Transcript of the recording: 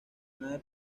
nave